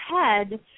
head